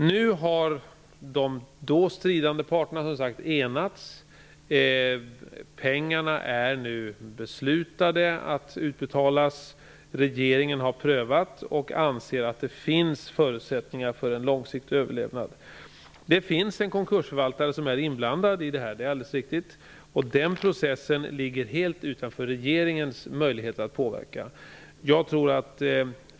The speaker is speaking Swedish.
Nu har de då stridande parterna enats. Det finns beslut på att pengarna skall utbetalas. Regeringen har prövat och anser att det finns förutsättningar för en långsiktig överlevnad. Det finns en konkursförvaltare som är inblandad i detta. Det är alldeles riktigt. Den processen ligger helt utanför regeringens möjligheter att påverka.